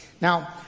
Now